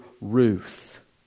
Ruth